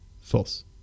False